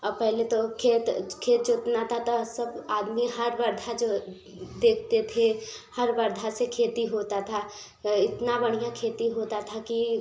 और पहले तो खेत खेत जोतना था तो सब आदमी हर बरधा जो देखते थे हर बरधा से खेती होता था एतना बढ़िया खेती होता था कि